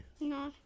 No